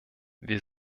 wir